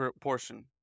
portion